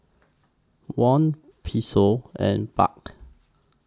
Won Peso and Baht